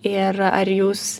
ir ar jūs